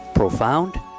Profound